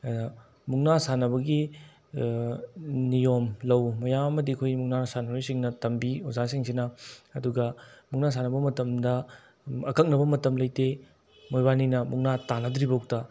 ꯑꯗꯨꯗ ꯃꯨꯛꯅꯥ ꯁꯥꯟꯅꯕꯒꯤ ꯅꯤꯌꯣꯝ ꯂꯧ ꯃꯌꯥꯝ ꯑꯃꯗꯤ ꯑꯩꯈꯣꯏ ꯃꯨꯛꯅꯥ ꯁꯥꯟꯅꯔꯣꯏꯁꯤꯡꯅ ꯇꯝꯕꯤ ꯑꯣꯖꯥꯁꯤꯡꯁꯤꯅ ꯑꯗꯨꯒ ꯃꯨꯛꯅꯥ ꯁꯥꯟꯅꯕ ꯃꯇꯝꯗ ꯑꯀꯛꯅꯕ ꯃꯇꯝ ꯂꯩꯇꯦ ꯃꯣꯏꯕꯥꯅꯤꯅ ꯃꯨꯛꯅꯥ ꯇꯥꯅꯗ꯭ꯔꯤꯐꯥꯎꯗ